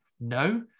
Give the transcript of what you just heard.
no